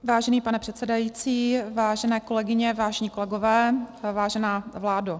Vážený pane předsedající, vážené kolegyně, vážení kolegové, vážená vládo.